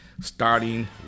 Starting